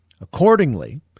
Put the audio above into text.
Accordingly